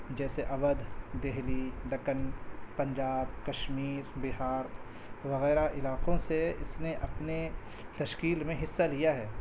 جیسے اودھ دہلی دکن پنجاب کشمیر بہار وغیرہ علاقوں سے اس نے اپنے تشکیل میں حصہ لیا ہے